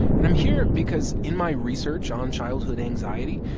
and i'm here because in my research on childhood anxiety,